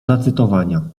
zacytowania